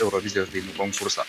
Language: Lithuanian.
eurovizijos dainų konkurso